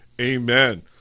Amen